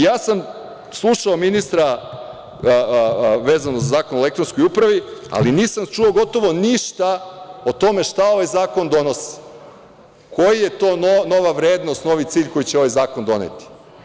Ja sam slušao ministra vezano za Zakon o elektronskoj upravi, ali nisam čuo gotovo ništa o tome šta ovaj zakon donosi, koja je to nova vrednost, novi cilj koji će ovaj zakon doneti?